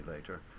later